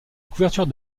couverture